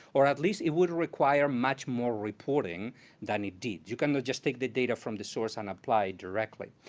or at least it would require much more reporting than it did. you cannot just take the data from the source and apply directly.